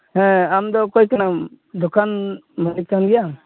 ᱦᱮᱸ ᱟᱢᱫᱚ ᱚᱠᱚᱭ ᱠᱟᱱᱟᱢ ᱫᱚᱠᱟᱱ ᱢᱟᱹᱞᱤᱠ ᱠᱟᱱ ᱜᱮᱭᱟᱢ